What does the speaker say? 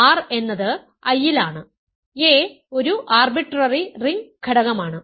r എന്നത് I ൽ ആണ് a ഒരു ആർബിട്രറി റിംഗ് ഘടകമാണ്